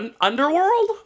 underworld